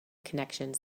connections